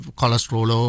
cholesterol